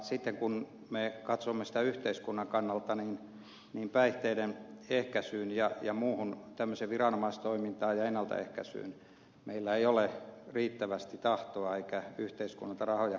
sitten kun me katsomme asiaa yhteiskunnan kannalta päihteiden ehkäisyyn ja muuhun viranomaistoimintaan ja ennaltaehkäisyyn meillä ei ole riittävästi tahtoa eikä yhteiskunnalta rahoja